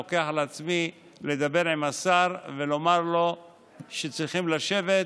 אני לוקח על עצמי לדבר עם השר ולומר לו שצריכים לשבת,